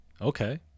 Okay